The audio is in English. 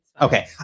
Okay